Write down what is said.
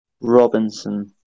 Robinson